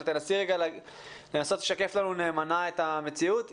תנסי לשקף לנו נאמנה את המציאות.